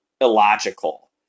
illogical